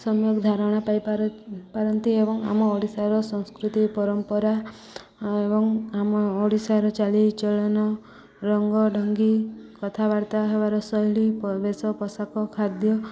ସମୟ ଧାରଣା ପାଇ ପାରନ୍ତି ଏବଂ ଆମ ଓଡ଼ିଶାର ସଂସ୍କୃତି ପରମ୍ପରା ଏବଂ ଆମ ଓଡ଼ିଶାର ଚାଲିଚଳନ ରଙ୍ଗ ଢ଼ଙ୍ଗୀ କଥାବାର୍ତ୍ତା ହେବାର ଶୈଳୀ ବେଶ ପୋଷାକ ଖାଦ୍ୟ